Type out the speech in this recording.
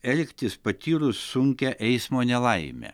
elgtis patyrus sunkią eismo nelaimę